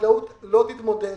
החקלאות לא תתמודד.